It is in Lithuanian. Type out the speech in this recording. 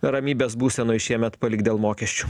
ramybės būsenoj šiemet palikt dėl mokesčių